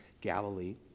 Galilee